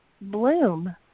bloom